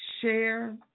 share